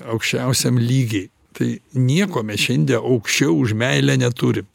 aukščiausiam lygy tai nieko mes šiandie aukščiau už meilę neturim